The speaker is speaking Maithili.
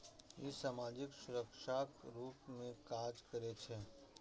ई सामाजिक सुरक्षाक रूप मे काज करै छै